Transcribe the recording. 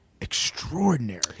extraordinary